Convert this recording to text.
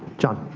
john